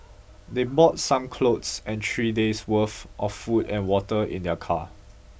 they brought some clothes and three days' worth of food and water in their car